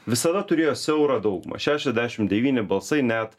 visada turėjo siaurą daugumą šešiasdešim devyni balsai net